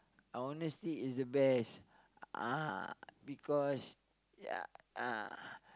honesty is the best uh because ya uh